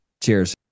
Cheers